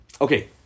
Okay